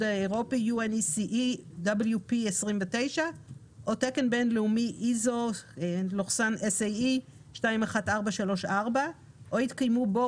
האירופי UNECE wp29 או תקן בינלאומי ISO\SAE 21434 או התקיימו בו